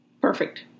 Perfect